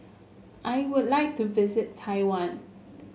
I would like to visit Taiwan